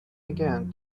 again